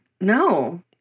no